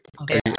Okay